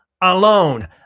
alone